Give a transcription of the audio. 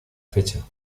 fecha